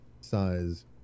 size